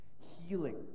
healing